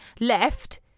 Left